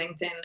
LinkedIn